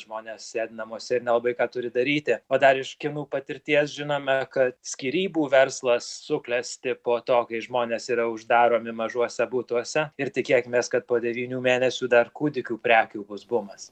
žmonės sėdi namuose ir nelabai ką turi daryti o dar iš kinų patirties žinome kad skyrybų verslas suklesti po to kai žmonės yra uždaromi mažuose butuose ir tikėkimės kad po devynių mėnesių dar kūdikių prekių bus bumas